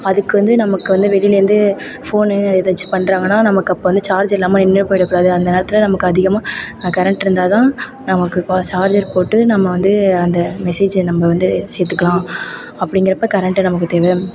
அதுக்கு வந்து நமக்கு வந்து வெளிலேருந்து ஃபோனு எதாச்சும் பண்றாங்கன்னால் நமக்கு அப்போ வந்து சார்ஜர் இல்லாமல் நின்று போயிடக்கூடாது அந்த நேரத்தில் நமக்கு அதிகமாக கரெண்ட் இருந்தால் தான் நமக்கு இப்போது சார்ஜர் போட்டு நம்ம வந்து அந்த மெசேஜை நம்ம வந்து சேர்த்துக்கலாம் அப்படிங்கிறப்ப கரெண்ட்டு நமக்கு தேவை